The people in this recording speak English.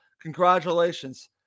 Congratulations